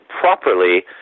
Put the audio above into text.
properly